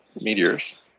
meteors